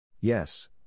Yes